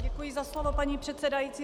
Děkuji za slovo, paní předsedající.